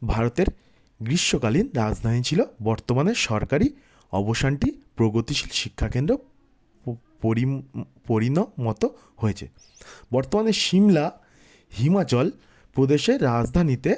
ভারতের গ্রীষ্মকালীন রাজধানী ছিলো বর্তমানে সরকারি অবাসনটি প্রগতিশীল শিক্ষাকেন্দ্রে পরিনত হয়েছে বর্তমানে সিমলা হিমাচল প্রদেশের রাজধানীতে